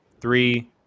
three